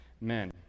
men